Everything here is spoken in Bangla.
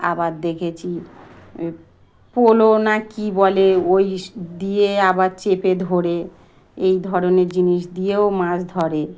আবার দেখেছি পোলো না কী বলে ওই দিয়ে আবার চেপে ধরে এই ধরনের জিনিস দিয়েও মাছ ধরে